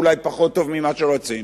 אולי פחות טוב ממה שרצינו.